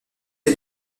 est